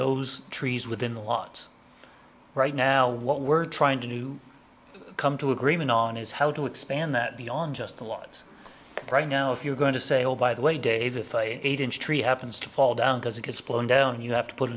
those trees within the law it's right now what we're trying to do come to agreement on is how to expand that beyond just the laws right now if you're going to say oh by the way dave if eight inch tree happens to fall down because it gets blown down you have to put